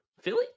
Philly